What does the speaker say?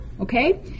okay